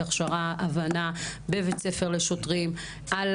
האם הם עוברים הכשרה בבית ספר לשוטרים על